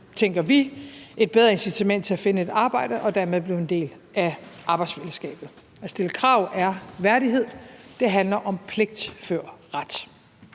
tænker vi, et bedre incitament til at finde et arbejde og dermed blive en del af arbejdsfællesskabet. At stille krav er værdighed, det handler om pligt før ret,